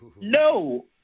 No